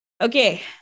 Okay